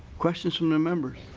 questions from ah members